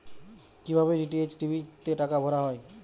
কি ভাবে DTH TV তে টাকা ভরা হয়?